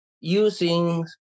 using